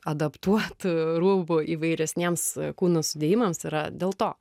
adaptuota rūbų įvairesniems kūno sudėjimas yra dėl to